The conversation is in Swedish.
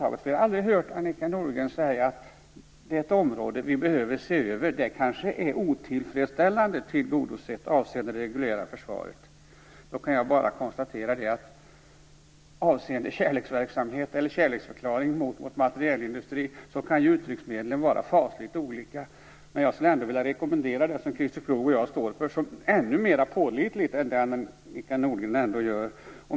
Jag har aldrig hört Annika Nordgren säga: Detta är ett område vi behöver se över. Det kanske är otillfredsställande tillgodosett avseende det reguljära försvaret. Jag kan bara konstatera, att avseende kärleksförklaring mot vår materielindustri kan uttrycksmedlen vara fasligt olika. Men jag skulle ändå vilja rekommendera det som Christer Skoog och jag står för som ännu mer pålitligt än det Annika Nordgren ändå gör.